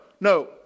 no